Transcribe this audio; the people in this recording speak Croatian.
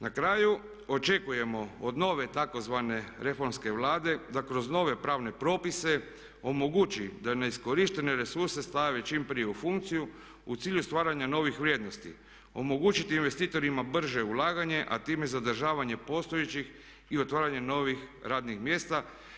Na kraju očekujemo od nove tzv. reformske Vlade da kroz nove pravne propise omogući da neiskorištene resurse stave čim prije u funkciju u cilju stvaranja novih vrijednosti, omogućiti investitorima brže ulaganje a time i zadržavanje postojećih i otvaranje novih radnih mjesta.